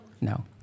no